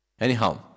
Anyhow